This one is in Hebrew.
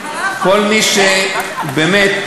אבל לא יכול,